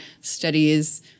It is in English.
studies